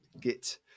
Git